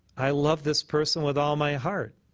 i love this person with all my heart.